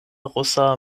rusa